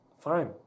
Fine